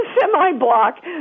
semi-block